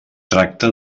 tracta